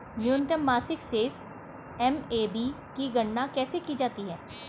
न्यूनतम मासिक शेष एम.ए.बी की गणना कैसे की जाती है?